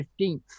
15th